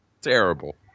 Terrible